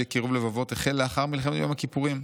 לקירוב לבבות החל לאחר מלחמת יום הכיפורים,